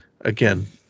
again